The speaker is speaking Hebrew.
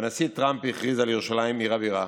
והנשיא טראמפ הכריז על ירושלים עיר הבירה,